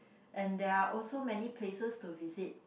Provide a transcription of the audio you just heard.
and there are also many places to visit